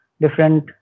different